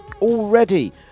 already